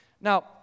Now